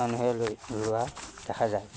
মানুহে লৈ লোৱা দেখা যায়